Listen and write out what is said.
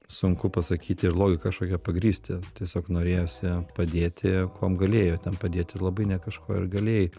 sunku pasakyti ir logika kažkokia pagrįsti tiesiog norėjosi padėti kuom galėjai o ten padėti labai ne kažkuo ir galėjai